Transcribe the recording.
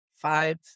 five